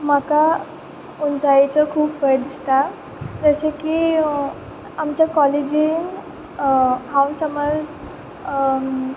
म्हाका उंचायेचो खूब भंय दिसता जशें की आमच्या कॉलेजीन हांव समज